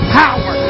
power